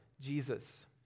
Jesus